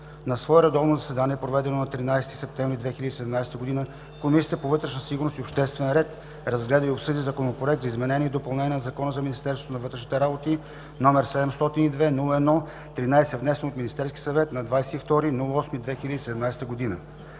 На свое редовно заседание, проведено на 13 септември 2017 г., Комисията по вътрешна сигурност и обществен ред разгледа и обсъди Законопроект за изменение и допълнение на Закона за Министерство на вътрешните работи, № 702-01-13, внесен от Министерски съвет на 22 август 2017 г.